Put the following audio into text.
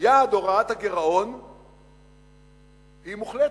יעד הורדת הגירעון הוא מוחלט.